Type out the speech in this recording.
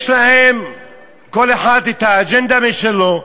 יש להם כל אחד אג'נדה משלו.